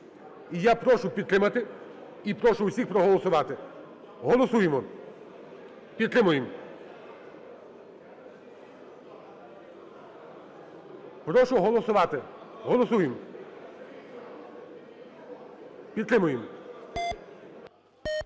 І я прошу підтримати і прошу усіх проголосувати. Голосуємо. Підтримаєм! Прошу голосувати. Голосуємо. Підтримуємо.